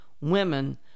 women